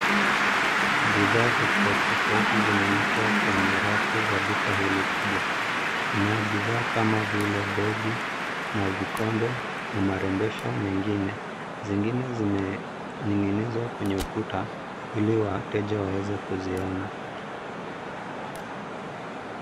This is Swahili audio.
Bidhaa tofauti tofauti zinawekwa kwenye rafu za duka hili kubwa. Kuna bidhaa kama vile begi na vikombe na marembesho mengine. Zingine zimening'inizwa kwenye ukuta ili wateja waweze kuziona.